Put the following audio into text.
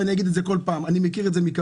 ואני אגיד את זה בכל פעם: אני מכיר את זה מקרוב,